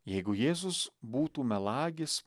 jeigu jėzus būtų melagis